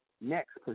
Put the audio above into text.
next